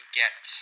get